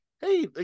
hey